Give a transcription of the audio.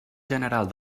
general